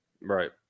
Right